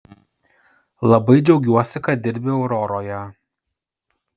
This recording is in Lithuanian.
labai džiaugiuosi kad dirbi auroroje